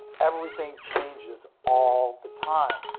everything changes all the time.